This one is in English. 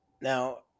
Now